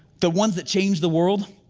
the ones that change the world,